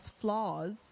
flaws